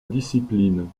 discipline